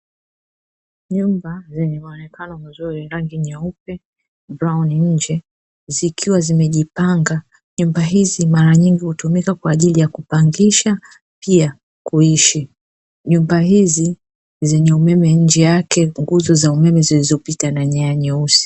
Nyumba zenye muonekano mzuri, rangi nyeupe, brauni nje, zikiwa zimejipanga. Nyumba hizi mara nyingi hutumika kwa ajili ya kupangisha pia kuishi. Nyumba hizi zenye umeme nje yake, nguzo za umeme zilizopita na nyaya nyeusi.